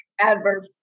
Adverb